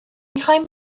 میخایم